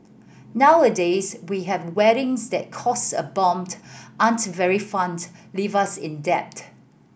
nowadays we have weddings that cost a bombed aren't very fined and leave us in debt